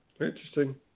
Interesting